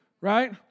Right